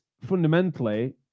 fundamentally